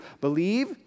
believe